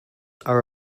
are